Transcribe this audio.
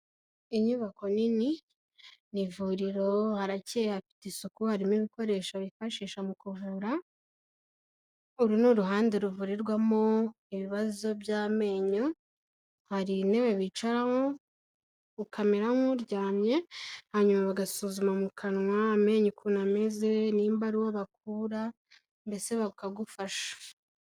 Inyubako nini; ni ivuriro haracyeye hafite isuku harimo ibikoresho bifashisha mu kuvura, uru ni uruhande ruvurirwamo ibibazo by'amenyo. Hari intebe wicaramo ukamera nk'uryamye hanyuma bagasuzuma mu kanwa amenyeyo ukuntu ameze, niba ari uwo bakura, mbese bakagufasha.